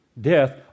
death